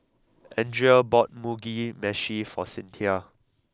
Andria bought Mugi Meshi for Cynthia